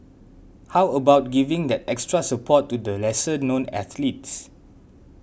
how about giving that extra support to the lesser known athletes